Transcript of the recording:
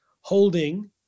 holding